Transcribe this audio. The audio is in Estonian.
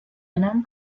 enam